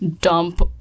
dump